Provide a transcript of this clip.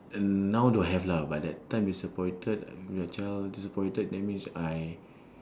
uh now don't have lah but that time disappointed your child disappointed that means I